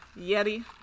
Yeti